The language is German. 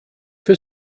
für